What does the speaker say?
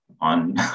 on